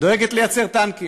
דואגת לייצר טנקים.